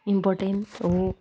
important हो